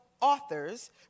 authors